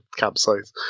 campsite